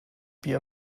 bier